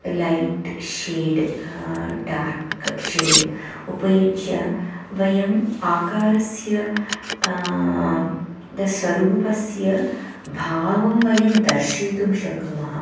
light shade dark shade उपयुज्य वयम् आकारस्य द स्वरूपस्य भावं वयं दर्शयितुं शक्नुमः